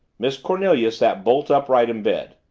miss cornelia sat bolt upright in bed.